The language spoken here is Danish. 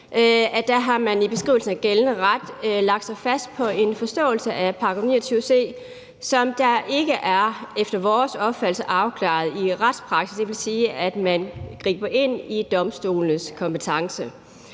§ 32, i beskrivelsen af gældende ret har lagt sig fast på en forståelse af § 29 c, der efter vores opfattelse ikke er afklaret i retspraksis. Det vil sige, at man griber ind i domstolenes kompetence.